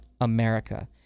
America